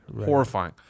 horrifying